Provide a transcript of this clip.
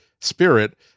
spirit